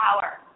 power